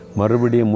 Marbudi